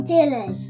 Dylan